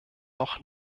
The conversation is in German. auch